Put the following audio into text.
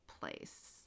place